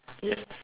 yes